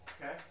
Okay